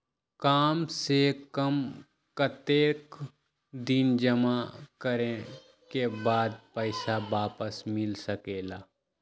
काम से कम कतेक दिन जमा करें के बाद पैसा वापस मिल सकेला?